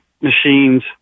machines